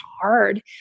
hard